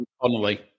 Connolly